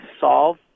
solve